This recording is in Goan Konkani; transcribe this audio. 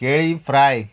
केळी फ्राय